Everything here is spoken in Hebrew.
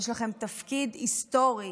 יש לכן תפקיד היסטורי.